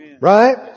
Right